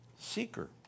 Seeker